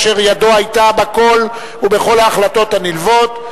אשר ידו היתה בכול ובכל ההחלטות הנלוות,